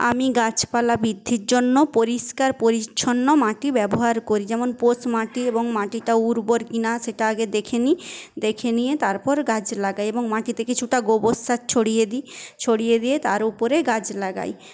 আমি গাছ পালা বৃদ্ধির জন্য পরিষ্কার পরিচ্ছন্ন মাটি ব্যবহার করি যেমন পোস মাটি এবং মাটিটা উর্বর কিনা সেটা আগে দেখে নিই দেখে নিয়ে তারপর গাছ লাগাই এবং মাটিতে কিছুটা গোবর সার ছড়িয়ে দিই ছড়িয়ে দিয়ে তার উপরে গাছ লাগাই